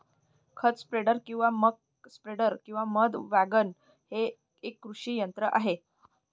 खत स्प्रेडर किंवा मक स्प्रेडर किंवा मध वॅगन हे एक कृषी यंत्र आहे